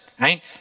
right